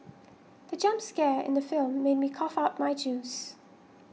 the jump scare in the film made me cough out my juice